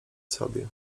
sobie